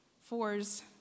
Fours